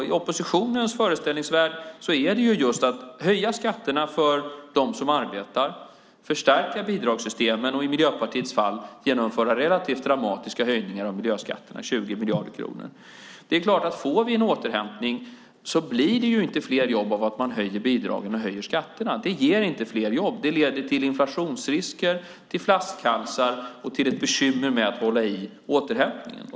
I oppositionens föreställningsvärld handlar det om att höja skatterna för dem som arbetar, förstärka bidragssystemen och i Miljöpartiets fall genomföra relativt dramatiska höjningar av miljöskatterna, 20 miljarder kronor. Om vi får en återhämtning blir det inte fler jobb genom att man höjer bidragen och skatterna. Det ger inte fler jobb. Det leder till inflationsrisker, till flaskhalsar och till bekymmer med att hålla i återhämtningen.